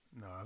No